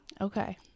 Okay